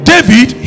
David